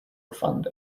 refund